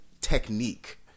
Technique